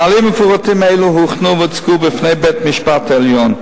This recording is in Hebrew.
נהלים מפורטים אלה הוכנו והוצגו בפני בית-המשפט העליון.